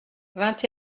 vingt